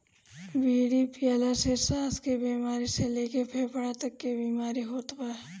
बीड़ी पियला से साँस के बेमारी से लेके फेफड़ा तक के बीमारी होत बा